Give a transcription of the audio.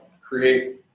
create